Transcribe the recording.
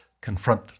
confront